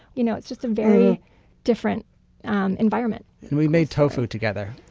you know it's just a very different um environment and we made tofu together,